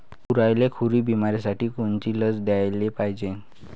गुरांइले खुरी बिमारीसाठी कोनची लस द्याले पायजे?